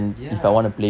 ya